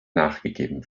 nachgegeben